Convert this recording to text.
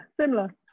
similar